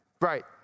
right